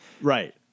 right